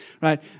right